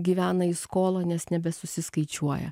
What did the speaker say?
gyvena į skolą nes nebesusiskaičiuoja